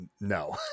No